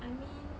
I mean